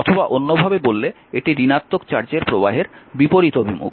অথবা অন্যভাবে বললে এটি ঋণাত্মক চার্জের প্রবাহের বিপরীত অভিমুখ